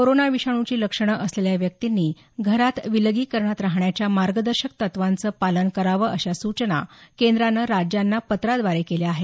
corona विषाणूची लक्षणं असलेल्या व्यक्तिंनी घरात विलगीकरणात राहण्याच्या मार्गदर्शक तत्वांचं पालन करावं अशा सूचना केंद्रानं राज्यांना पत्राद्वारे केल्या आहेत